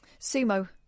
sumo